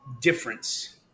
difference